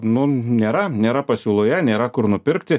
nu nėra nėra pasiūloje nėra kur nupirkti